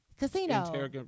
Casino